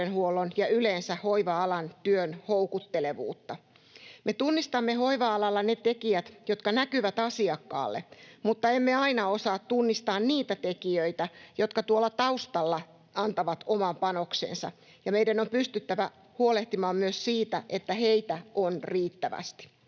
ja yleensä hoiva-alan työn houkuttelevuutta. Me tunnistamme hoiva-alalla ne tekijät, jotka näkyvät asiakkaalle, mutta emme aina osaa tunnistaa niitä tekijöitä, jotka tuolla taustalla antavat oman panoksensa, ja meidän on pystyttävä huolehtimaan myös siitä, että heitä on riittävästi.